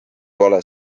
pole